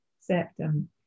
septum